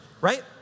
right